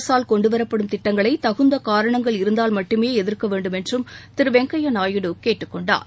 அரசால் கொண்டு வரப்படும் திட்டங்களை தகுந்த காரணங்கள் இருந்தால் மட்டுமே எதிர்க்க வேண்டும் என்றும் திரு வெங்கய்ய நாயுடு கேட்டுக் கொண்டார்